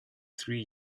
three